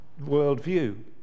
worldview